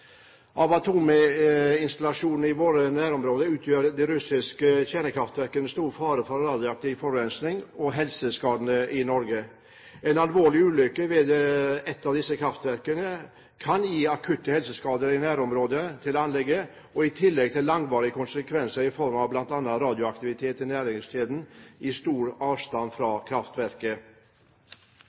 Av atominstallasjonene i våre nærområder utgjør de russiske kjernekraftverkene en stor fare for radioaktiv forurensning og helseskade i Norge. En alvorlig ulykke ved et av disse kraftverkene kan gi akutte helseskader i nærområdet til anlegget, i tillegg til langvarige konsekvenser i form av bl.a. radioaktivitet i næringskjeden i stor avstand fra kraftverket.